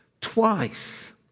twice